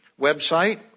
website